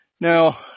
Now